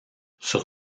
sur